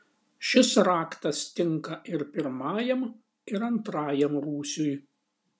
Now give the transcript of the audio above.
šis raktas tinka ir pirmajam ir antrajam rūsiui